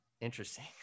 Interesting